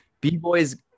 b-boys